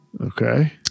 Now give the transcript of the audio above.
Okay